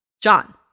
John